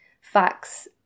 facts